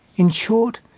in short,